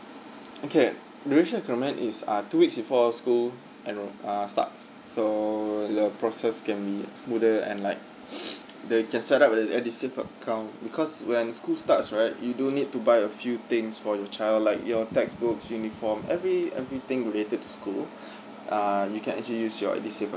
okay duration recommend is uh two weeks before school enrol uh starts so the process can be smoother and like then just set up an edusave account because when school starts right you do need to buy a few things for your child like your textbooks uniform every everything related to school uh you can actually use your edusave